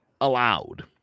allowed